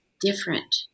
different